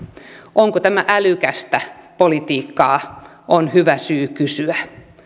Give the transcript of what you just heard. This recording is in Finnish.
onko tämä älykästä politiikkaa on hyvä syy kysyä